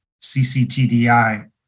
CCTDI